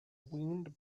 wind